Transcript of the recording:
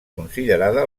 considerada